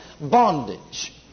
bondage